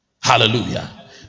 Hallelujah